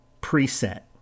preset